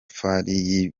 kibaya